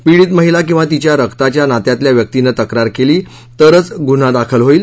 पीडित महिला किंवा तिच्या रक्ताच्या नात्यातल्या व्यक्तिनं तक्रार केली तरच गुन्हा दाखल होईल